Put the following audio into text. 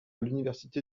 l’université